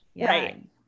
Right